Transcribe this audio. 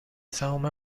سهام